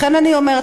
לכן אני אומרת,